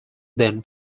then